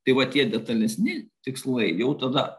tai va tie detalesni tikslai jau tada